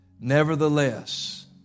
Nevertheless